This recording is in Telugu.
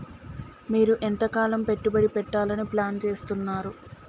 మీరు ఎంతకాలం పెట్టుబడి పెట్టాలని ప్లాన్ చేస్తున్నారు?